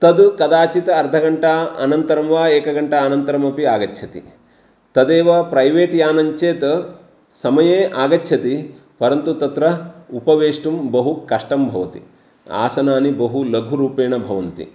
तद् कदाचित् अर्धघण्टा अनन्तरं वा एकघण्टा अनन्तरमपि आगच्छति तदेव प्रैवेट् यानं चेत् समये आगच्छति परन्तु तत्र उपवेष्टुं बहु कष्टं भवति आसनानि बहु लघुरूपेण भवन्ति